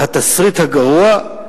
והתסריט הגרוע,